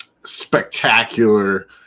Spectacular